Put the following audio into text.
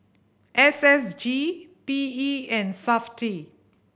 S S G P E and Safti